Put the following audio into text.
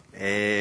לנדבר.